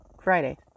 Friday